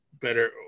better